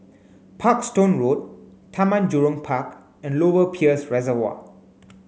Parkstone Road Taman Jurong Park and Lower Peirce Reservoir